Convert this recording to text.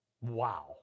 Wow